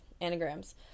Anagrams